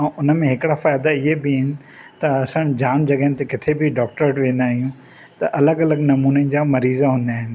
ऐं उन में हिकिड़ा फ़ाइदा इहे बि आहिनि त असां जाम जॻह्युनि ते किथे बि डॉक्टर वटि वेंदा आहियूं त अलॻि अलॻि नमूने जा मरीज़ हूंदा आहिनि